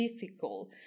difficult